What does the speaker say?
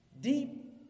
Deep